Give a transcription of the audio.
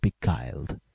beguiled